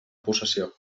possessió